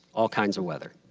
all kinds of weather.